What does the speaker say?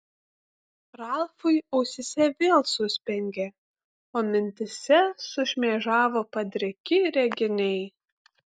ralfui ausyse vėl suspengė o mintyse sušmėžavo padriki reginiai